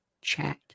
chat